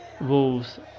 Wolves